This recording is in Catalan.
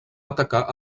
atacar